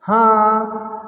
हाँ